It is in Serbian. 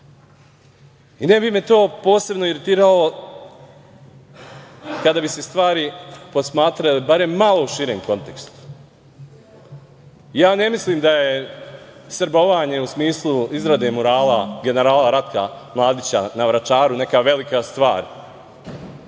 bi me to posebno iritiralo kada bi se stvari posmatrale barem u malo širem kontekstu. Ne mislim da je srbovanje u smislu izrade murala generala Ratka Mladića na Vračaru neka velika stvar,